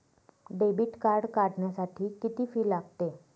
Debit card काढण्यासाठी किती fee लागते?